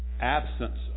absence